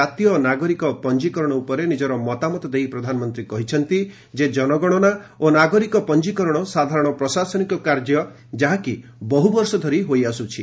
କାତୀୟ ନାଗରିକ ପଞ୍ଜିକରଣ ଉପରେ ନିଜର ମତାମତ ଦେଇ ପ୍ରଧାନମନ୍ତ୍ରୀ କହିଛନ୍ତି ଯେ ଜନଗଣନା ଓ ନାଗରିକ ପଞ୍ଜିକରଣ ସାଧାରଣ ପ୍ରଶାସନିକ କାର୍ଯ୍ୟ ଯାହାକି ବହୁବର୍ଷ ଧରି ହୋଇଆସୁଛି